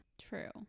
True